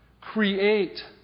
create